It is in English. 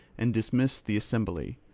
and dismissed the assembly,